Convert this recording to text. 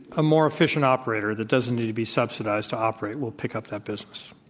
a more efficient operator that doesn't need to be subsidized to operate will pick up that business.